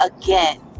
again